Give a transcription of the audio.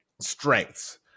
strengths